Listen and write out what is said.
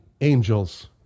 angels